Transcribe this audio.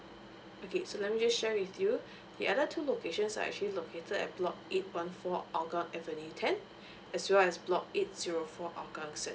okay so let me just share with you the other two locations are actually located at block eight one four hougang avenue ten as well as block eight zero four hougang central